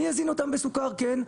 אני אזין אותם בסוכר, כן.